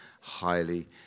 highly